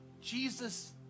Jesus